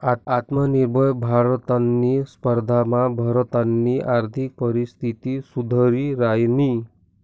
आत्मनिर्भर भारतनी स्पर्धामा भारतनी आर्थिक परिस्थिती सुधरि रायनी